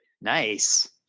nice